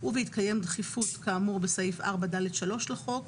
ובהתקיים דחיפות כאמור בסעיף 4(ד)(3) לחוק,